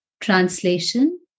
translation